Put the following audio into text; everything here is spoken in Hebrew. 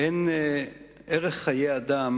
ערך חיי אדם